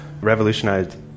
revolutionized